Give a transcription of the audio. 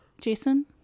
jason